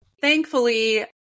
thankfully